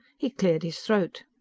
he cleared his throat.